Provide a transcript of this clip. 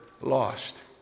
lost